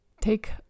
Take